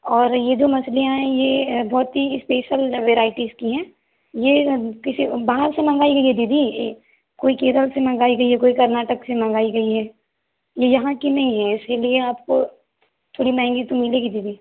और ये जो मछलियाँ हैं ये बहुत ही स्पेशल वेरायटीज़ की हैं ये किसी बाहर से मंगवाई गई हैं दीदी कोई केरल से मंगवाई गई हैं कोई कर्नाटक से मंगवाई गई हैं ये यहाँ की नहीं है इसीलिए आपको थोड़ी महंगी तो मिलेगी दीदी